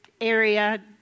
area